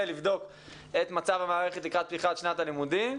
ולבדוק את מצב המערכת לקראת פתיחת שנת הלימודים.